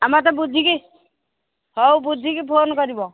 ଆଉ ମୋତେ ବୁଝିକି ହଉ ବୁଝିକି ଫୋନ କରିବ